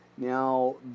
Now